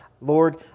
Lord